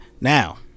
Now